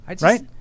Right